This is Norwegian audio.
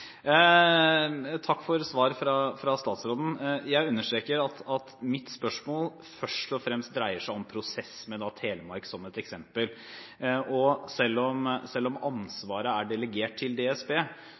Takk for svar fra statsråden. Jeg understreker at mitt spørsmål først og fremst dreier seg om prosess, med Telemark som et eksempel. Selv om